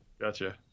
Gotcha